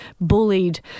bullied